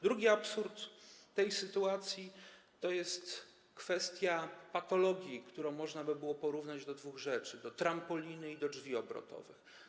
Drugim absurdem tej sytuacji jest kwestia patologii, którą można porównać do dwóch rzeczy: do trampoliny i do drzwi obrotowych.